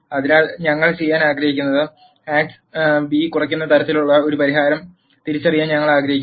അതിനാൽ ഞങ്ങൾ ചെയ്യാൻ ആഗ്രഹിക്കുന്നത് ആക്സ് ബി കുറയ്ക്കുന്ന തരത്തിൽ ഒരു പരിഹാരം തിരിച്ചറിയാൻ ഞങ്ങൾ ആഗ്രഹിക്കുന്നു